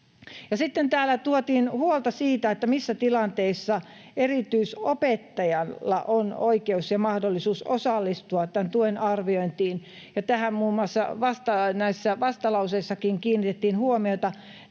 Sitten täällä tuotiin huolta siitä, missä tilanteissa erityisopettajalla on oikeus ja mahdollisuus osallistua tuen arviointiin, ja tähän muun muassa näissä vastalauseissakin kiinnitettiin huomiota.